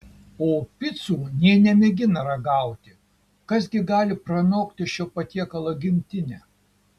o picų nė nemėgina ragauti kas gi gali pranokti šio patiekalo gimtinę